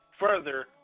further